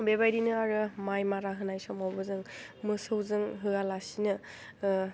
बेबायदिनो आरो माइ मारा होनाय समावबो जों मोसौजों होआलासिनो